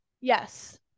yes